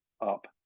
up